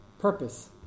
purpose